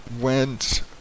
went